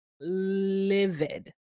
livid